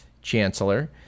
chancellor